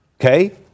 Okay